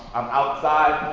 i'm outside